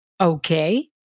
okay